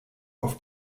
auf